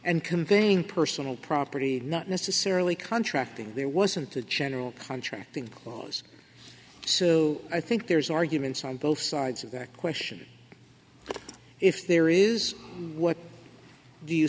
and conveying personal property not necessarily contracting there wasn't a general contracting clause so i think there's arguments on both sides of that question but if there is what do you